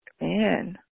man